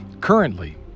Currently